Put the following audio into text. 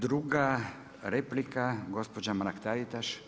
Druga replika, gospođa Mrak-Taritaš.